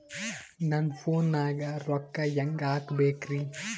ನನ್ನ ಫೋನ್ ನಾಗ ರೊಕ್ಕ ಹೆಂಗ ಹಾಕ ಬೇಕ್ರಿ?